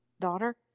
daughter